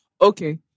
okay